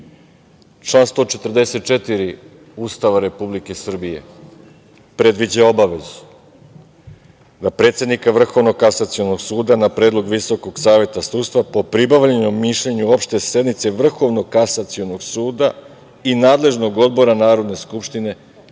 član 144. Ustava Republike Srbije predviđa obavezu da predsednika Vrhovnog kasacionog suda na Predlog VSS po pribavljenom mišljenju Opšte sednice Vrhovnog kasacionog suda i nadležnog Odbora Narodne skupštine